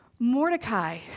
Mordecai